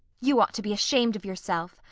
you ought to be ashamed of yourself!